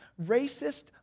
racist